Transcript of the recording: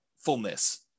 fullness